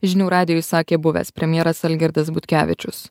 žinių radijui sakė buvęs premjeras algirdas butkevičius